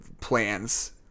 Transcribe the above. plans